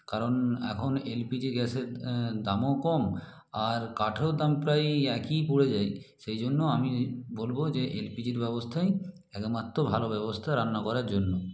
কারণ এখন L P G গ্যাসের দামও কম আর কাঠেও দাম প্রায় একই পড়ে যায় সেই জন্য আমি বলবো যে এল পি জির ব্যবস্থাই একমাত্র ভালো ব্যবস্থা রান্না করার জন্য